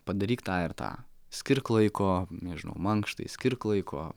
padaryk tą ir tą skirk laiko nežinau mankštai skirk laiko